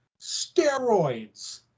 Steroids